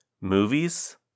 movies